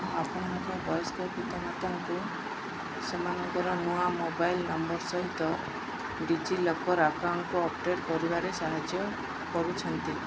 ଆପଣଙ୍କ ବୟସ୍କ ପିତା ମାତାଙ୍କୁ ସେମାନଙ୍କର ନୂଆ ମୋବାଇଲ ନମ୍ବର ସହିତ ଡି ଜି ଲକର୍ ଆକାଉଣ୍ଟକୁ ଅପଡ଼େଟ୍ କରିବାରେ ସାହାଯ୍ୟ କରୁଛନ୍ତି